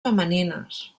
femenines